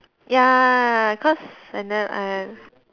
ya cause and then I